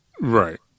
Right